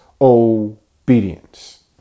obedience